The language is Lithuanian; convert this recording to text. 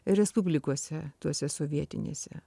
respublikose tose sovietinėse